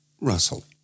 Russell